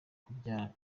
kubyara